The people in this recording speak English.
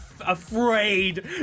afraid